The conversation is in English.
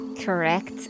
Correct